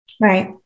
Right